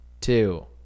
two